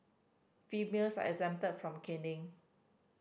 females are exempted from caning